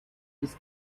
this